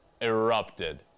erupted